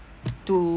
to